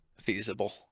feasible